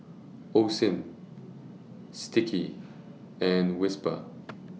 Osim Sticky and Whisper